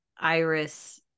iris